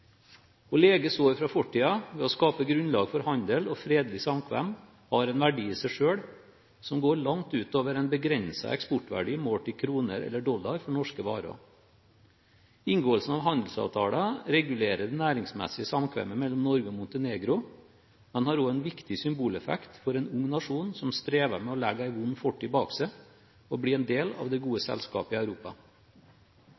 Å lege sår fra fortiden ved å skape grunnlag for handel og fredelig samkvem har en verdi i seg selv, som går langt utover en begrenset eksportverdi målt i kroner eller dollar for norske varer. Inngåelsen av handelsavtaler regulerer det næringsmessige samkvemet mellom Norge og Montenegro, men har også en viktig symboleffekt for en ung nasjon som strever med å legge en vond fortid bak seg og bli en del av det gode